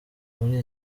muri